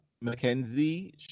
Mackenzie